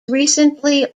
recently